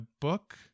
book